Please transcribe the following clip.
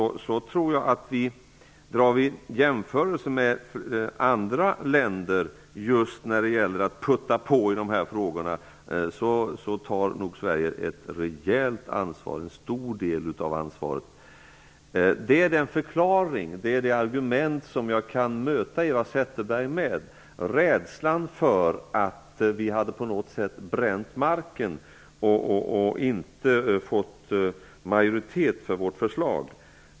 Om man jämför med andra länder just när det gäller att ''putta på'' i dessa frågor finner man nog att Sverige tar en stor del av ansvaret. Detta är den förklaring, det argument, som jag kan möta Eva Zetterberg med. Det fanns en rädsla för att vi på något sätt skulle bränna marken och inte få majoritet för vårt förslag.